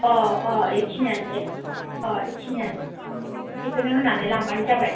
अह अह एखिनियानो दे अह एखिनियानो बेखौनो होनानै लांबानो जाबाय